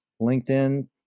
LinkedIn